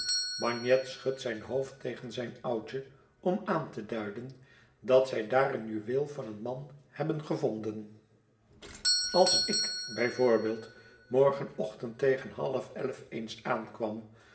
bagnet schudt zijn hoofd tegen zijn oudje om aan te duiden dat zij daar een juweel van een man hebben gevonden als ik bij voorbeeld morgenochtend tegen half elf eens aankwam